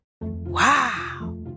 Wow